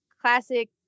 classic